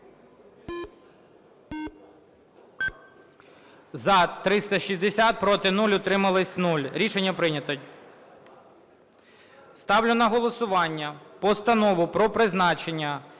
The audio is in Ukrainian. За-360 Проти – 0, утрималися – 0. Рішення прийнято. Ставлю на голосування Постанову про призначення